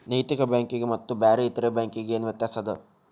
ನೈತಿಕ ಬ್ಯಾಂಕಿಗೆ ಮತ್ತ ಬ್ಯಾರೆ ಇತರೆ ಬ್ಯಾಂಕಿಗೆ ಏನ್ ವ್ಯತ್ಯಾಸದ?